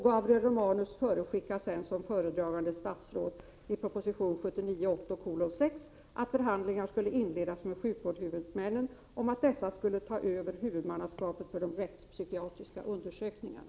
Gabriel Romanus förutskickade sedan som föredragande statsråd i proposition 1979/80:6 att förhandlingar skulle inledas med sjukvårdshuvudmännen om att dessa skulle ta över huvudmannaskapet för de rättspsykiatriska undersökningarna.